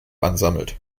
ansammelt